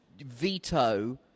veto